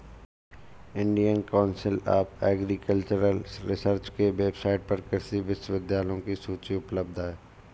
Indian council of agricultural research के website पर कृषि विश्वविद्यालयों की सूची उपलब्ध है